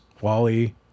Wally